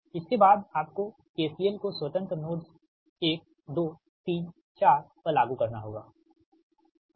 इसके बाद आपको KCL को स्वतंत्र नोड्स 1 2 3 4 पर लागू करना होगा ठीक